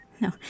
No